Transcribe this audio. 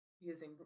using